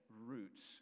roots